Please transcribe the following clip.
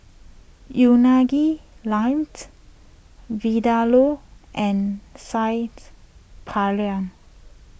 Unagi Lamb Vindaloo and Saagt Paneer